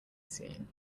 scene